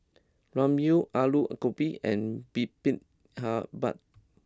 Ramyeon Alu Gobi and Bibimbap